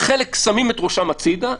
חלק שמים את ראשם הצידה,